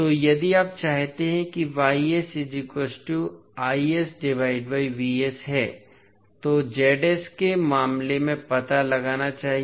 तो यदि आप चाहते हैं कि है तो के मामले में पता लगाना चाहिए